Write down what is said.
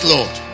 Lord